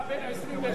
ובכן,